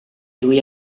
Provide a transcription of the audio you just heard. lui